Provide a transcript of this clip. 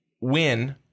win